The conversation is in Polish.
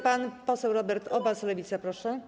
Pan poseł Robert Obaz, Lewica, Proszę.